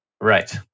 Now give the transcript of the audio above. Right